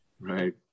Right